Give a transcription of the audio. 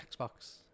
Xbox